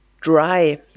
dry